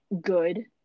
good